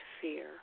fear